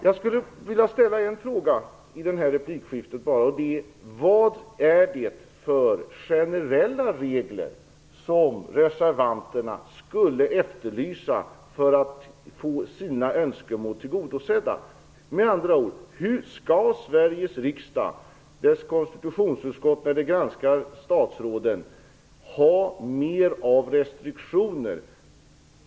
Jag skulle vilja ställa en fråga i det här replikskiftet. Vad är det för generella regler som reservanterna skulle efterlysa för att få sina önskemål tillgodosedda? Med andra ord: Skall Sveriges riksdag, dess konstitutionsutskott, när det granskar statsråden ha mer restriktioner?